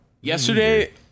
yesterday